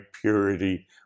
purity